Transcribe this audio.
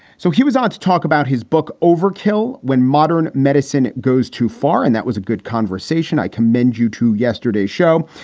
so he was on to talk about his book, overkill when modern medicine goes too far. and that was a good conversation. i commend you to yesterday's show.